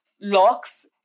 locks